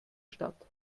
stadt